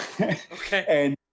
Okay